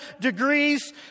degrees